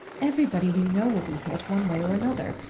everybody we know will be hit, one way or another.